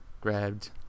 grabbed